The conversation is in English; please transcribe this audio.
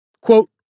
Quote